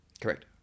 Correct